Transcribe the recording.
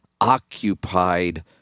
occupied